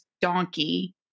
donkey